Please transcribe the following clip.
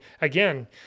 again